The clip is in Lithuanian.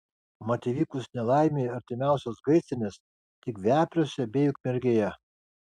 mat įvykus nelaimei artimiausios gaisrinės tik vepriuose bei ukmergėje